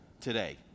today